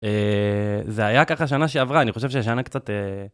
זה היה ככה שנה שעברה, אני חושב שהשנה קצת...